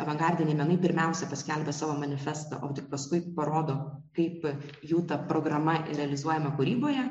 avangardiniai menai pirmiausia paskelbia savo manifestą o tik paskui parodo kaip jų ta programa realizuojama kūryboje